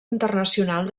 internacional